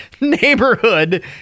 neighborhood